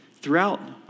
throughout